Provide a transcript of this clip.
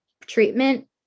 treatment